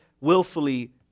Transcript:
willfully